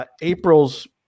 April's